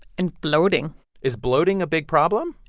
and bloating is bloating a big problem?